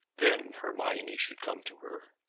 then hermione should come to her.